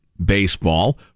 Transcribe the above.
baseball